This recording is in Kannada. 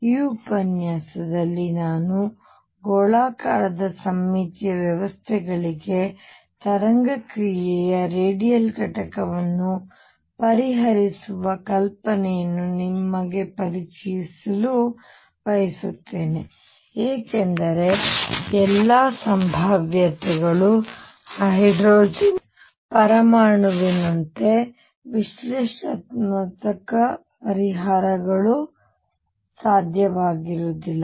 ಈ ಉಪನ್ಯಾಸದಲ್ಲಿ ನಾನು ಗೋಳಾಕಾರದ ಸಮ್ಮಿತೀಯ ವ್ಯವಸ್ಥೆಗಳಿಗೆ ತರಂಗ ಕ್ರಿಯೆಯ ರೇಡಿಯಲ್ ಘಟಕವನ್ನು ಪರಿಹರಿಸುವ ಕಲ್ಪನೆಯನ್ನು ನಿಮಗೆ ಪರಿಚಯಿಸಲು ಬಯಸುತ್ತೇನೆ ಏಕೆಂದರೆ ಎಲ್ಲಾ ಸಂಭಾವ್ಯತೆಗಳು ಹೈಡ್ರೋಜನ್ ಪರಮಾಣುವಿನಂತೆಯೇ ವಿಶ್ಲೇಷಣಾತ್ಮಕ ಪರಿಹಾರಗಳು ಸಾಧ್ಯವಿರುವುದಿಲ್ಲ